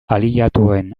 aliatuen